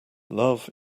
love